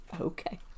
Okay